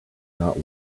not